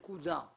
נקודה.